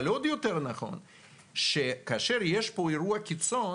אבל עוד יותר נכון שכאשר יש פה אירוע קיצון,